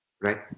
right